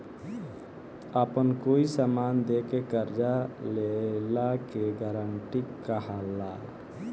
आपन कोई समान दे के कर्जा लेला के गारंटी कहला